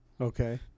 Okay